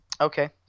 Okay